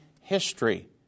history